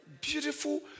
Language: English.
beautiful